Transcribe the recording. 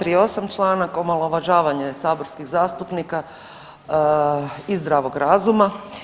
238. članak omalovažavanje saborskih zastupnika i zdravog razuma.